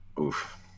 Oof